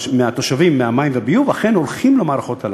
מהתושבים על המים והביוב אכן הולך למערכות האלה.